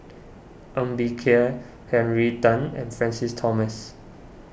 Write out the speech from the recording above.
Ng Bee Kia Henry Tan and Francis Thomas